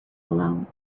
alone